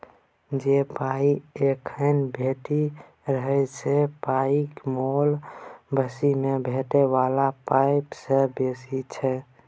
जे पाइ एखन भेटि रहल से पाइक मोल भबिस मे भेटै बला पाइ सँ बेसी छै